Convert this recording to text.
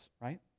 right